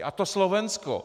A to Slovensko.